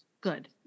Good